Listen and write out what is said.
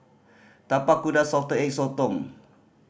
Tapak Kuda Salted Egg Sotong